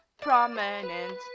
prominent